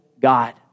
god